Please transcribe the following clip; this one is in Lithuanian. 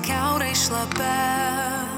kiaurai šlapia